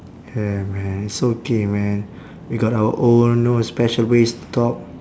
yeah man it's okay man we got our own know special ways to talk